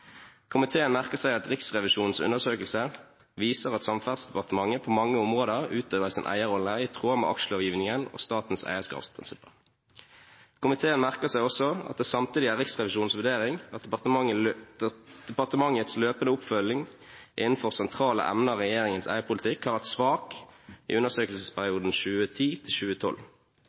merker seg at Riksrevisjonens undersøkelse viser at Samferdselsdepartementet på mange områder utøver sin eierrolle i tråd med aksjelovgivningen og statens eierskapsprinsipper. Komiteen merker seg også at det samtidig er Riksrevisjonens vurdering at departementets løpende oppfølging innenfor enkelte sentrale emner i regjeringens eierpolitikk har vært svak i undersøkelsesperioden 2010–2012. Komiteen er kritisk til